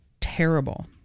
terrible